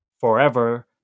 forever